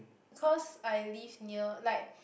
cause I live near like